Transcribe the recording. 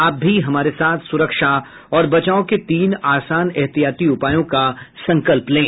आप भी हमारे साथ सुरक्षा और बचाव के तीन आसान एहतियाती उपायों का संकल्प लें